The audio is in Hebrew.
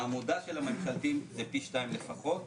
העמודה של הממשלתיים היא פי שניים לפחות,